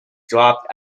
dropped